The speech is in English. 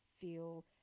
feel